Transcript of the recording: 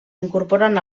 incorporen